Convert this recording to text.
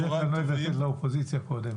בדרך כלל אני לא אוהב לתת לאופוזיציה קודם,